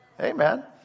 Amen